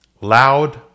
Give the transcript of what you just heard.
Loud